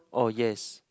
oh yes